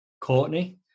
Courtney